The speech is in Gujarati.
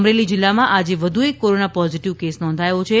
અમરેલી જીલ્લામાં આજે વધુ એક કોરોના પોઝીટીવ કેસ નોંધાયો છે